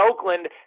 Oakland